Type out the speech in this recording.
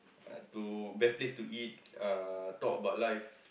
uh to best place to eat uh talk about life